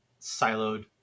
siloed